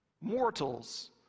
Mortals